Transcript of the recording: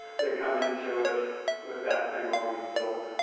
they come into it with that thing already built.